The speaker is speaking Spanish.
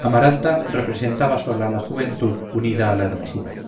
amaranta representaba sola la juventud unida a la hermosura